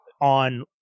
on